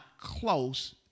close